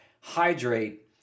hydrate